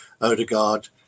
Odegaard